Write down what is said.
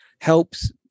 helps